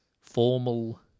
formal